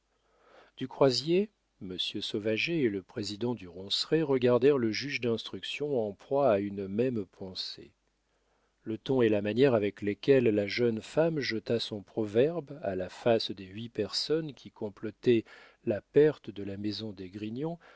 du croisier monsieur sauvager et le président du ronceret regardèrent le juge d'instruction en proie à une même pensée le ton et la manière avec lesquels la jeune femme jeta son proverbe à la face des huit personnes qui complotaient la perte de la maison d'esgrignon